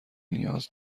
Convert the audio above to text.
نیاز